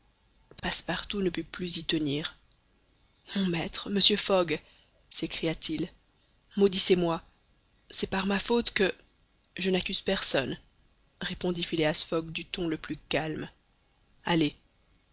passepartout ne put plus y tenir mon maître monsieur fogg s'écria-t-il maudissez moi c'est par ma faute que je n'accuse personne répondit phileas fogg du ton le plus calme allez